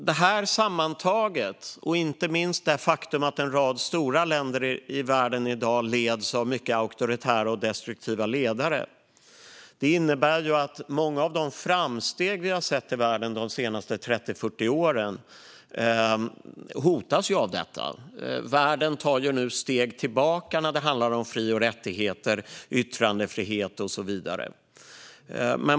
Det här sammantaget, och inte minst det faktum att en rad stora länder i världen i dag leds av mycket auktoritära och destruktiva ledare, innebär att många av de framsteg vi har sett i världen de senaste 30-40 åren hotas. Världen tar nu steg tillbaka när det gäller fri och rättigheter, yttrandefrihet och så vidare.